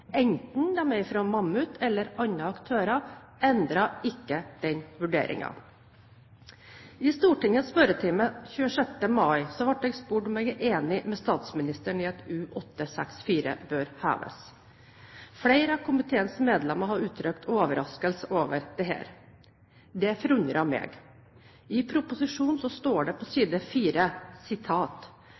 enten de er fra Mammoet eller andre aktører, endrer ikke den vurderingen. I Stortingets spørretime 26. mai ble jeg spurt om jeg er enig med statsministeren i at U-864 bør heves. Flere av komiteens medlemmer har uttrykt overraskelse over dette. Det forundrer meg. I proposisjonen står det på side